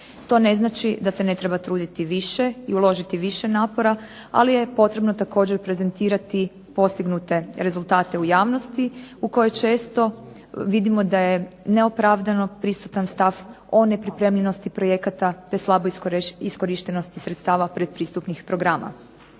To ne znači da se ne treba truditi više i uložiti više napora, ali je potrebno također prezentirati postignute rezultate u javnosti u kojoj često vidimo da je neopravdano prisutan stav o nepripremljenosti projekata te slabo iskorištenosti sredstava predpristupnih programa.